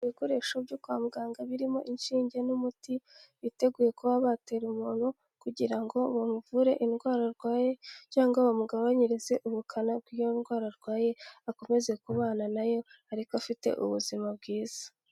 Ibikoresho byo kwa muganga birimo inshinge n'umuti biteguye kuba batera umuntu kugira ngo bamuvure indwara arwaye cyangwa bamugabanyirize ubukana bw'iyo ndwara arwaye, akomeze kubana na yo ariko afite ubuzima bwiza.